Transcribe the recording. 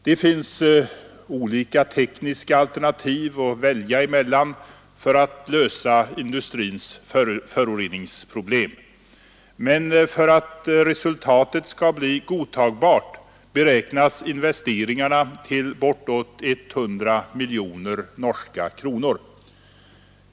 Det finns olika tekniska alternativ att välja emellan för att lösa industrins föroreningsproblem. Men för att resultatet skall bli godtagbart beräknas investeringarna till bortåt 100 miljoner norska kronor.